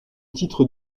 titre